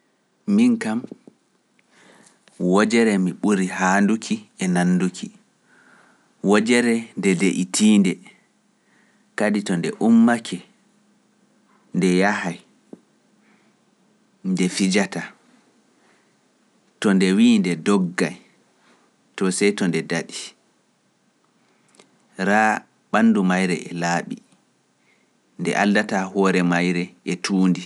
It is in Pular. Min kam wojere mi ɓuri haanduki e nannduki, wojere nde deytiinde, kadi to nde ummake, nde yahay, nde fijataa, to nde wi’i nde doggay, to sey to nde daɗi, raa ɓanndu mayre e laaɓi, nde aldataa hoore mayre e tuundi.